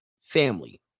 family